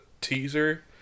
teaser